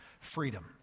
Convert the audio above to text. freedom